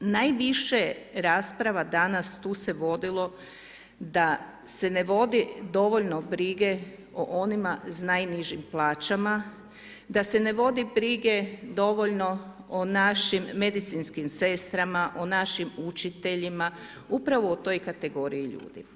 Najviše rasprava danas, tu se vodilo da se ne vodi dovoljno brige o onima s najnižim plaćama, da se ne vodi brige dovoljno o našim medicinskim sestrama, o našim učiteljima, upravo u toj kategoriji ljudi.